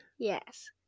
Yes